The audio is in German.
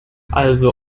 also